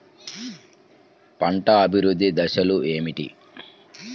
పంట అభివృద్ధి దశలు ఏమిటి?